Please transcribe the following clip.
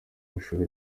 mashuri